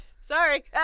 Sorry